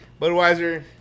Budweiser